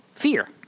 fear